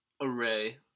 array